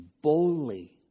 boldly